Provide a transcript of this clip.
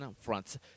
front